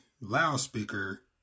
loudspeaker